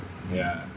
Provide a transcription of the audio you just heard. ya